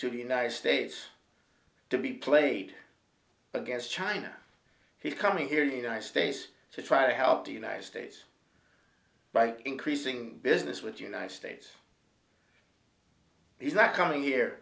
to the united states to be played against china he's coming here united states to try to help the united states by increasing business with the united states he's not coming